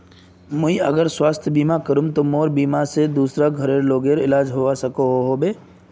मुई अगर स्वास्थ्य बीमा करूम ते मोर बीमा से घोरेर दूसरा लोगेर इलाज होबे सकोहो होबे?